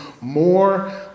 more